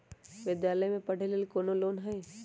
विद्यालय में पढ़े लेल कौनो लोन हई?